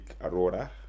aurora